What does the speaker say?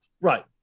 Right